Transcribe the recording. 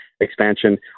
expansion